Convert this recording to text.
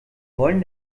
wollen